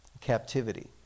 captivity